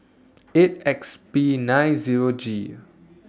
eight X P nine Zero G